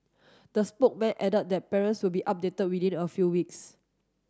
the spokesman added that parents will be updated within a few weeks